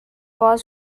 باز